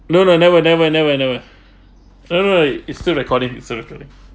no no never never never never no no it's still recording it's recording